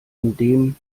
indem